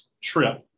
trip